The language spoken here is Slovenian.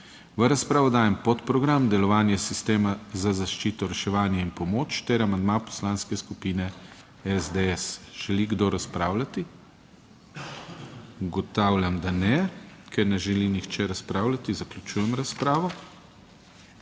V razpravo dajem podprogram Delovanje sistema za zaščito, reševanje in pomoč ter amandma Poslanske skupine SDS. Želi kdo razpravljati? Ugotavljam, da ne. Ker ne želi nihče razpravljati, zaključujem razpravo.